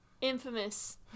infamous